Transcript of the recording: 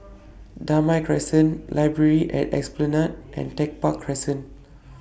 Damai Crescent Library At Esplanade and Tech Park Crescent